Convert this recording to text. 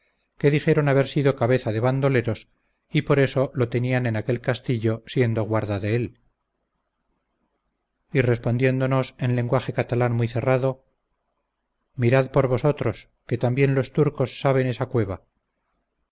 que dijeron haber sido cabeza de bandoleros y por esto lo tenían en aquel castillo siendo guarda de él y respondiéndonos en lenguaje catalán muy cerrado mirad por vosotros que también los turcos saben esa cueva